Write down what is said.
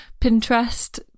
Pinterest